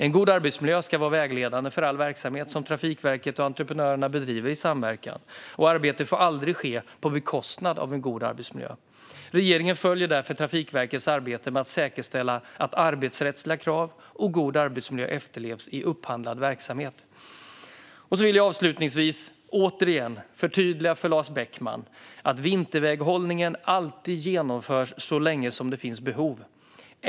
En god arbetsmiljö ska vara vägledande för all verksamhet som Trafikverket och entreprenörerna bedriver i samverkan. Arbetet får aldrig ske på bekostnad av en god arbetsmiljö. Regeringen följer därför Trafikverkets arbete med att säkerställa att arbetsrättsliga krav och en god arbetsmiljö efterlevs i upphandlad verksamhet. Jag vill avslutningsvis återigen förtydliga för Lars Beckman att vinterväghållningen alltid genomförs så länge som det finns behov.